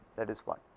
that is point,